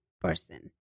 person